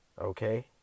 Okay